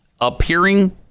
appearing